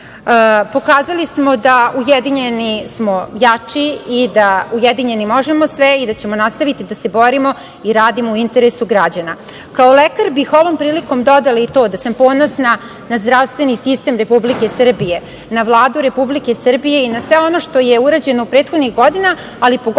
godine. Pokazali smo da ujedinjeni smo jači i da ujedinjeni možemo sve i da ćemo nastaviti da se borimo i radimo u interesu građana. Kao lekar bih ovom prilikom dodala to da sam ponosna na zdravstveni sistem Republike Srbije, na Vladu Republike Srbije i na sve ono što je urađeno prethodnih godina, ali pogotovo